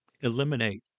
eliminate